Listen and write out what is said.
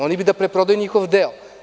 Oni bi da pretprodaju njihov deo.